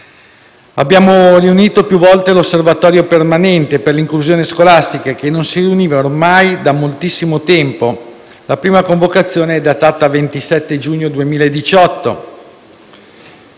abbiamo riunito più volte l'Osservatorio permanente per l'inclusione scolastica, che non si riuniva ormai da moltissimo tempo (la prima convocazione è datata 27 giugno 2018);